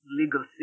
legal